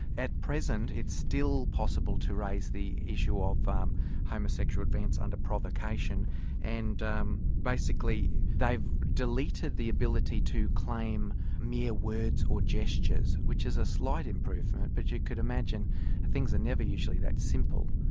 at present it's still possible to raise the issue ah of um homosexual advance under provocation and um basically they've deleted the ability to claim mere words or gestures, which is a slight improvement but you could imagine things are never usually that simple.